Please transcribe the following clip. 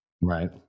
right